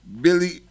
Billy